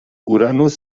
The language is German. uranus